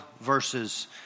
verses